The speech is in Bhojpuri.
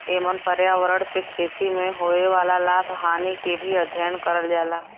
एमन पर्यावरण से खेती में होए वाला लाभ हानि के भी अध्ययन करल जाला